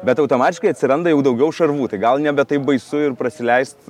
bet automatiškai atsiranda jau daugiau šarvų tai gal nebe taip baisu ir prasileisti